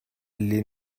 lès